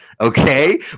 Okay